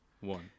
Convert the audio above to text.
one